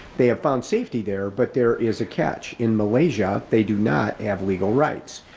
they have found safety there, but there is a catch in malaysia, they do not have legal rights.